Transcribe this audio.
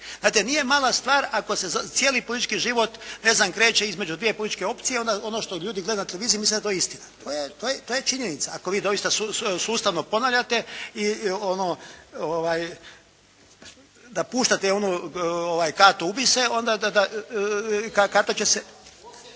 Znate nije mala stvar ako se cijeli politički život ne znam kreće između dvije političke opcije, onda ono što ljudi gledaju na televiziji misle da je to istina. To je činjenica. Ako vi doista sustavno ponavljate ono da puštate onu kartu ubij se, onda da karta će se…